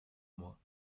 moi